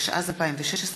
התשע"ז 2016,